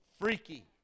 freaky